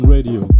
Radio